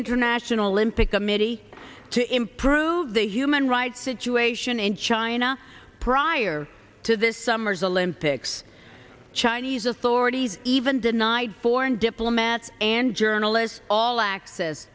international olympic committee to improve the human rights situation in china prior to this summer's olympics chinese authorities even denied foreign diplomats and journalists all access